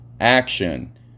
action